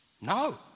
No